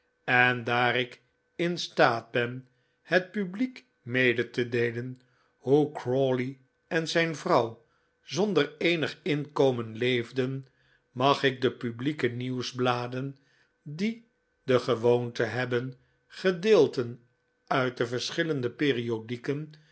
en daar ik in staat ben het publiek mede te deelen hoe crawley en zijn vrouw zonde r eenig inkomen leefden mag ik de publieke nieuwsbladen die de gewoonte hebben gedeelten uit de verschillende periodieken